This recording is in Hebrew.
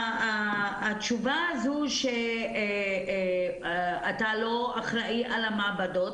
התשובה הזאת שאתה לא אחראי על המעבדות,